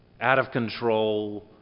out-of-control